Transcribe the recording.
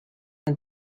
and